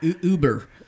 Uber